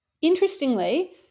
interestingly